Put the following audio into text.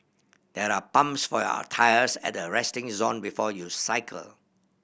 there are pumps for your tyres at the resting zone before you cycle